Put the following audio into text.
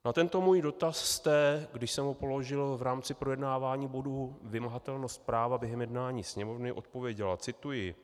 Na tento můj dotaz jste, když jsem ho položil v rámci projednávání bodu vymahatelnost práva během jednání Sněmovny, odpověděla cituji: